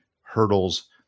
hurdles